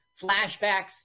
flashbacks